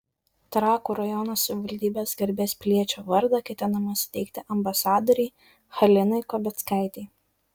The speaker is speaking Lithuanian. trakų rajono savivaldybės garbės piliečio vardą ketinama suteikti ambasadorei halinai kobeckaitei